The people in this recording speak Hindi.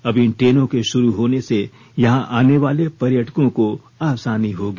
अब इन ट्रेनों के शुरू होने से यहां आने वाले पर्यटकों को आसानी होगी